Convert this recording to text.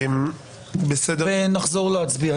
אני אחזור להצביע.